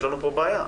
יש לנו פה בעיה,